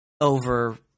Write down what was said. over